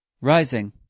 Rising